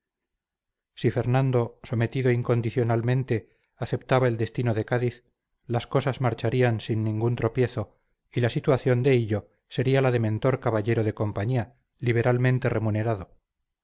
si fernando sometido incondicionalmente aceptaba el destino de cádiz las cosas marcharían sin ningún tropiezo y la situación de hillo sería la de mentor ocaballero de compañía liberalmente remunerado